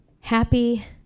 Happy